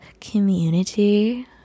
community